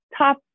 top